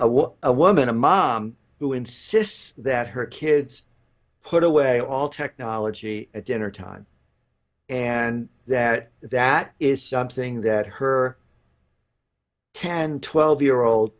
what a woman a mom who insists that her kids put away all technology at dinner time and that that is something that her ten twelve year old